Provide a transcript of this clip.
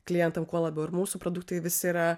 klientam kuo labiau ir mūsų produktai visi yra